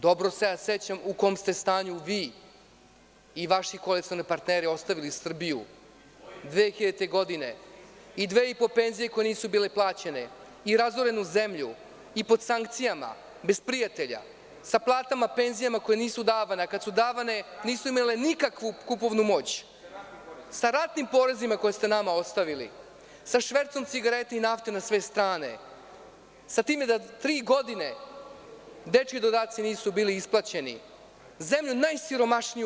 Dobro se sećam u kom ste stanju vi i vaši koalicioni partneri ostavili Srbiju 2000. godine i dve i po penzije koje nisu bile plaćene i razorenu zemlju, i pod sankcijama, bez prijatelja, sa platama, penzijama koje nisu davane, a kad su davane nisu imale nikakvu kupovnu moć, sa ratnim porezima koje ste nama ostavili, sa švercom cigareta i nafte na sve strane, sa tim da tri godine dečiji dodaci nisu bili isplaćeni, zemlju najsiromašniju u